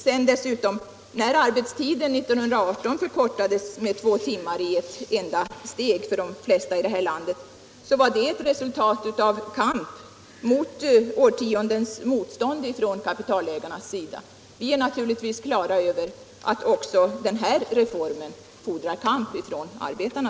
När arbetstiden 1918 förkortades med två timmar i ett enda steg för de flesta i detta land var det ett resultat av en kamp mot årtiondens motstånd från kapitalägarna. Vi är naturligtvis på det klara med att också denna reform fordrar kamp från arbetarna.